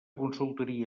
consultoria